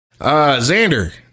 Xander